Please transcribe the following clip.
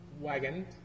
wagon